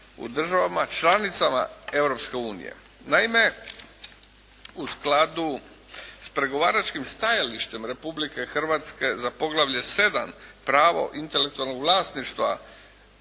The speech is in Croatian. u državama članicama Europske unije. Naime u skladu s pregovaračkim stajalištem Republike Hrvatske za poglavlje 7 – Pravo intelektualnog vlasništva